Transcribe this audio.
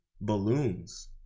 Balloons